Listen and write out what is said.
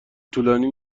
طولانی